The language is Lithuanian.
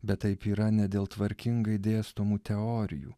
bet taip yra ne dėl tvarkingai dėstomų teorijų